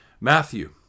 Matthew